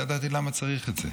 לא ידעתי למה צריך את זה.